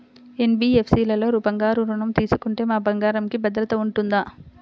NBFC లలో బంగారు ఋణం తీసుకుంటే మా బంగారంకి భద్రత ఉంటుందా?